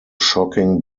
shocking